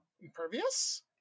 Impervious